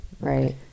Right